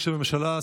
בשם הממשלה,